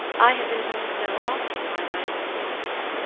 i have been told so often by my old nurse.